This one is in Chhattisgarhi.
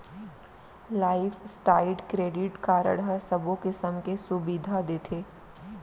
लाइफ स्टाइड क्रेडिट कारड ह सबो किसम के सुबिधा देथे